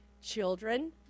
children